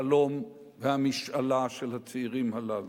החלום והמשאלה של הצעירים הללו: